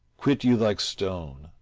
quit you like stone,